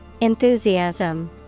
Enthusiasm